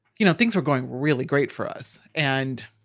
you know, things were going really great for us and